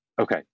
Okay